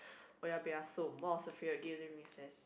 owa peya som what was your favourite game during recess